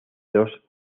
dos